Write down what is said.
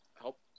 help